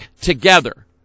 together